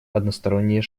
односторонние